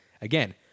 again